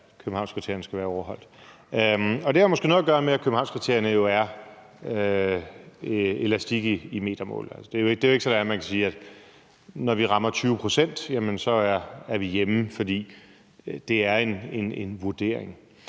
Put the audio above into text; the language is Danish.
at Københavnskriterierne skal være overholdt. Det har måske noget at gøre med, at Københavnskriterierne er elastik i metermål. Det er jo ikke sådan, at man kan sige, at når vi rammer 20 pct., så er vi hjemme, for det er en vurdering.